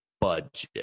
budget